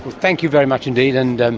thank you very much indeed, and, and